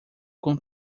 com